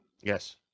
Yes